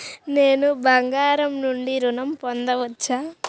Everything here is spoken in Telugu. నేను బంగారం నుండి ఋణం పొందవచ్చా?